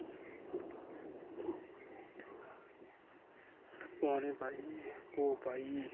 ते पानी पाइयै पौह् पाइयै